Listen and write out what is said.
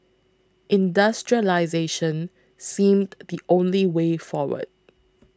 industrialisation seemed the only way forward